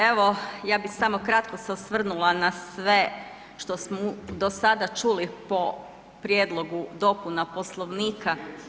Evo, ja bi samo kratko se osvrnula na sve što smo do sada čuli po prijedlogu dopuna Poslovnika.